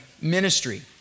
ministry